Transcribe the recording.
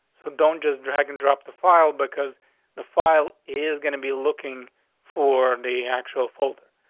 so don't just drag and drop the file because the file is going to be looking for the actual folder.